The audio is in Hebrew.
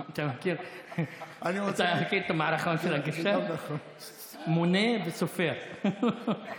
אתה מכיר את המערכון של הגשש "מונה וסופר"?